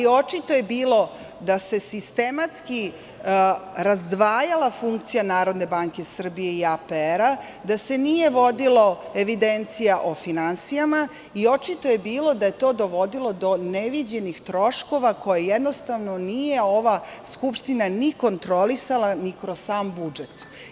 Očito je bilo da se sistematski razdvajala funkcija Narodne banke Srbije i APR, da se nije vodila evidencija o finansijama i očito je bilo da je to dovodilo do neviđenih troškove koje nije ova Skupština kontrolisala kroz sam budžet.